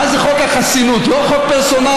מה זה חוק החסינות, לא חוק פרסונלי?